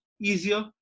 easier